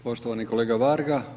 poštovani kolega Varga.